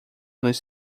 nos